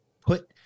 put